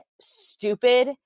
stupid